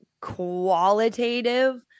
qualitative